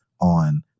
on